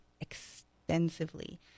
extensively